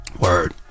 Word